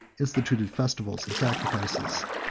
instituted festivals and sacrifices,